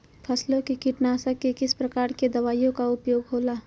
फसलों के कीटनाशक के किस प्रकार के दवाइयों का उपयोग हो ला?